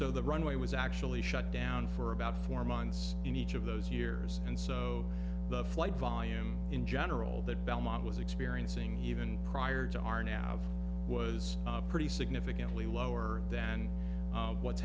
so the runway was actually shut down for about four months in each of those years and so the flight volume in general that belmont was experiencing even prior to our now was pretty significantly lower than what's